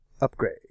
Upgrade